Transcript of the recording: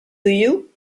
you